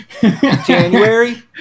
January